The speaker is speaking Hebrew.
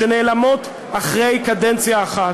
שנעלמות אחרי קדנציה אחת,